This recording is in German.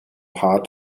paar